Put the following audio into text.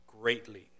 greatly